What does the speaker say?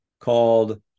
called